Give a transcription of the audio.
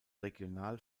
regional